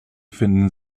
finden